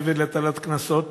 מעבר להטלת קנסות,